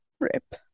Rip